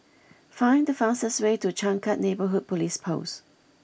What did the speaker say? find the fastest way to Changkat Neighbourhood Police Post